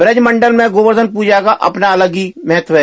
बजमंडल में गोवर्धन पूजा का अपना एक अलग ही महत्त्व है